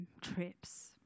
trips